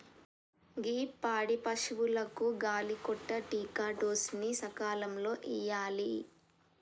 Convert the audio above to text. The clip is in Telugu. గీ పాడి పసువులకు గాలి కొంటా టికాడోస్ ని సకాలంలో ఇయ్యాలి